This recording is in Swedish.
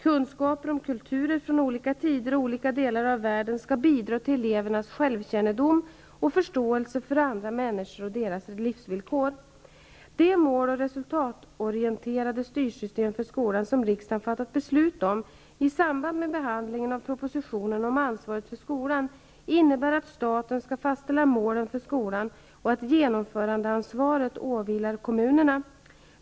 Kunskaper om kulturer från olika tider och olika delar av världen skall bidra till elevernas självkännedom och förståelse för andra människor och deras livs villkor. Det mål och resultatorienterade styrsystem för skolan som riksdagen fattat beslut om i samband med behandlingen av propositionen om ansvaret för skolan innebär att staten skall fastställa målen för skolan och att genomförandeansvaret åvilar kommunerna.